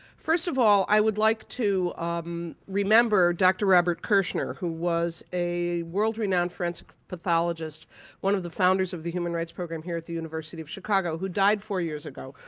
first of all, i would like to um remember dr. robert kirschner, who was a world-renowned forensic pathologist one of the founders of the human rights program here at the university of chicago who died four years ago.